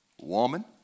Woman